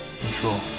control